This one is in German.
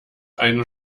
einen